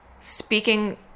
speaking